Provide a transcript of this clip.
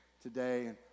today